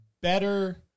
better